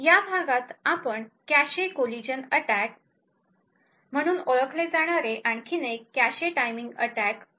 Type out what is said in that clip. या भागात आपण कॅशे कोलीजन अटॅक म्हणून ओळखले जाणारे आणखी एक कॅशे टायमिंग अटॅक पहात आहोत